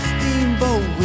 Steamboat